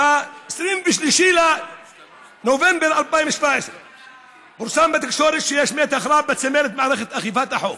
ב-23 בנובמבר 2017 פורסם בתקשורת שיש מתח רב בצמרת מערכת אכיפת החוק,